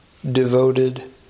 devoted